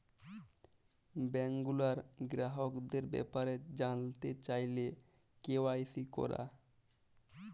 bank গুলার গ্রাহকদের ব্যাপারে জালতে চাইলে কে.ওয়াই.সি ক্যরা